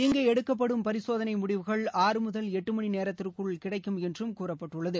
இங்கு எடுக்கப்படும் பரிசோதனை முடிவுகள் ஆறு முதல் எட்டுமணி நேரத்திற்குள் கிடைக்கும் என்றும் கூறப்பட்டுள்ளது